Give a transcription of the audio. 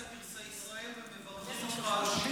פרסי ישראל ומברכים אותך על שינוי הדעה.